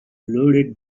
loaded